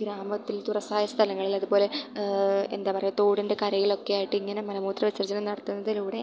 ഗ്രാമത്തിൽ തുറസായ സ്ഥലങ്ങളിൽ അതുപോലെ എന്താ പറയാ തോടിൻ്റെ കരയിലൊക്കെ ആയിട്ട് ഇങ്ങനെ മലമൂത്ര വിസർജനം നടത്തുന്നതിലൂടെ